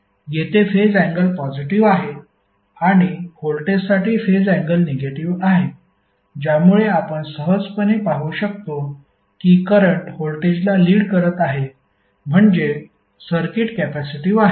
येथे phase angle positive आहे आणि व्होल्टेजसाठी फेज अँगल निगेटिव्ह आहे ज्यामुळे आपण सहजपणे पाहू शकतो कि करंट व्होल्टेजला लीड करत आहे म्हणजे सर्किट कॅपेसिटिव आहे